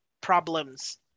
problems